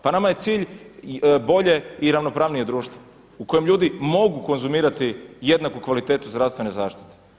Pa nama je cilj bolje i ravnopravnije društvo u kojem ljudi mogu konzumirati jednu kvalitetu zdravstvene zaštite.